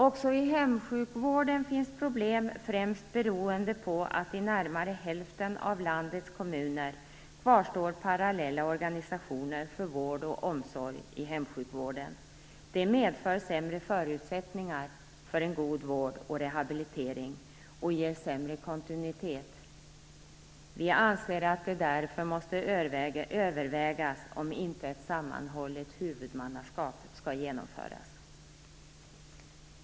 Också i hemsjukvården finns problem, främst beroende på att det i närmare hälften av landets kommuner kvarstår parallella organisationer för vård och omsorg i hemsjukvården. Det medför sämre förutsättningar för en god vård och rehabilitering och ger sämre kontinuitet. Vi anser att det därför måste övervägas om inte ett sammanhållet huvudmannaskap skall genomföras.